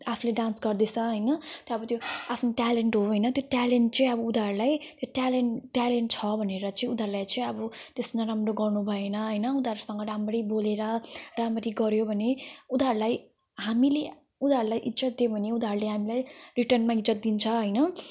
आफूले डान्स गर्दैछ होइन त्यहाँ अब त्यो आफ्नो ट्यालेन्ट हो होइन ट्यालेन्ट चाहिँ अब उनीहरूलाई त्यो ट्यालेन्ट ट्यालेन्ट छ भनेर चाहिँ उनीहरूलाई चाहिँ अब त्यस्तो नराम्रो गर्नु भएन होइन उनीहरुसँग राम्ररी बोलेर राम्ररी गऱ्यो भने उनीहरूलाई हामीले उनीहरूलाई इज्जत दियो भने उनीहरूले हामीलाई रिटर्न माग्छ दिन्छ होइन